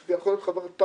זה יכול להיות פרטנר,